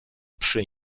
przy